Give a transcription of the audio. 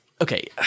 okay